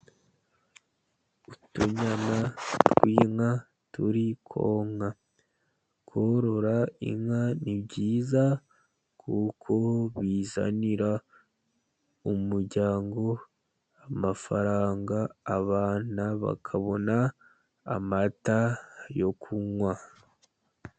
Utunyama tw'inka turi konka. Korora inka ni byiza, kuko bizanira umuryango amafaranga, abana bakabona amata yo kunywa.